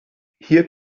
hier